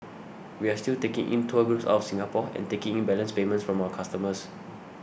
we are still taking in tour groups out of Singapore and taking in balance payments from our customers